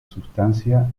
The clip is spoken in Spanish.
sustancia